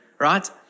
right